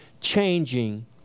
changing